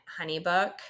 HoneyBook